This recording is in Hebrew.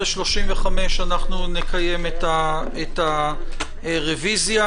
ב-12:35 נקיים את הרוויזיה.